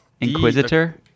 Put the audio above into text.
inquisitor